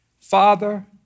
Father